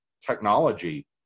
technology